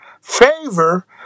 favor